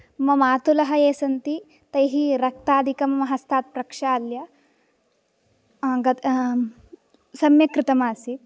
मम मातुलः ये सन्ति तैः रक्तादिकं हस्ताद् प्रक्षाल्य गत् सम्यक् कृतम् आसीत्